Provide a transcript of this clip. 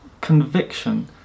conviction